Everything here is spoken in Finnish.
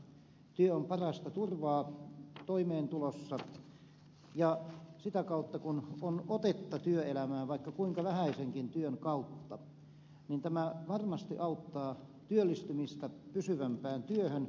työ on parasta turvaa toimeentulossa ja sitä kautta kun on otetta työelämään vaikka kuinka vähäisenkin työn kautta tämä varmasti auttaa työllistymistä pysyvämpään työhön